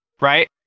right